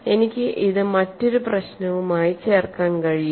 എനിക്ക് ഇത് മറ്റൊരു പ്രശ്നവുമായി ചേർക്കാൻ കഴിയും